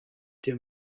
their